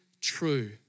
true